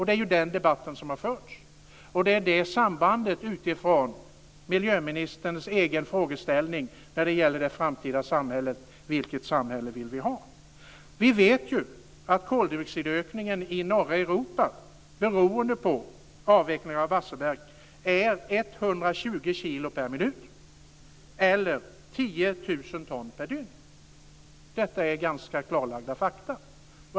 Det är den debatten som har förts, och där är sambandet, utifrån miljöministerns egen frågeställning om det framtida samhället: Vilket samhälle vill vi ha? Vi vet ju att koldioxidökningen i norra Europa, beroende på avvecklingen av Barsebäck, är 120 kilo per minut eller 10 000 ton per dygn. Detta är ganska klarlagda fakta.